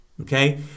Okay